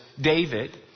David